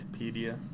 Wikipedia